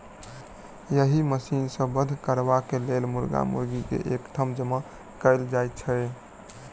एहि मशीन सॅ वध करबाक लेल मुर्गा मुर्गी के एक ठाम जमा कयल जाइत छै